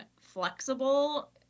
flexible